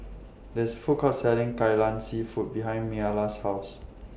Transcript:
There IS Food Court Selling Kai Lan Seafood behind Myla's House